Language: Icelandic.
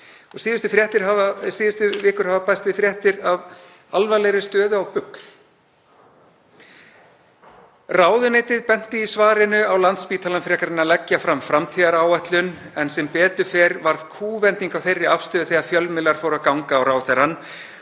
Síðustu vikur hafa bæst við fréttir af alvarlegri stöðu á BUGL. Ráðuneytið benti í svarinu á Landspítalann frekar en að leggja fram framtíðaráætlun en sem betur fer varð kúvending á þeirri afstöðu þegar fjölmiðlar fóru að ganga á ráðherrann